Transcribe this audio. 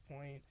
point